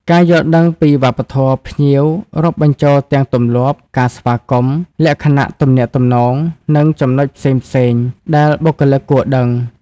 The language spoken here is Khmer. ការយល់ដឹងពីវប្បធម៌ភ្ញៀវ រាប់បញ្ចូលទាំងទម្លាប់ ការស្វាគមន៍ លក្ខណៈទំនាក់ទំនង និងចំណុចផ្សេងៗដែលបុគ្គលិកគួរដឹង។